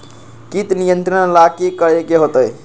किट नियंत्रण ला कि करे के होतइ?